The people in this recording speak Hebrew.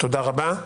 תודה רבה.